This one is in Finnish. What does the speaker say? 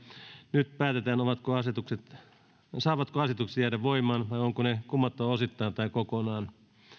nyt päätetään saavatko asetukset saavatko asetukset jäädä voimaan vai onko ne kumottava osittain tai kokonaan